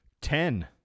Ten